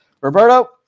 Roberto